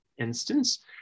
instance